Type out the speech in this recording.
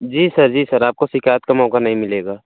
जी sir जी sir आपको शिकायत का मौका नहीं मिलेगा